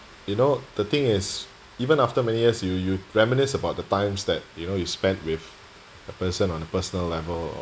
you know the thing is even after many years you you reminisce about the times that you know you spent with the person on the personal level or